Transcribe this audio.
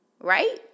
Right